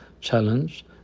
challenge